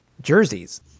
jerseys